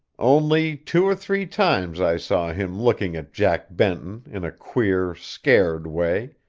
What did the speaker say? only, two or three times i saw him looking at jack benton in a queer, scared way,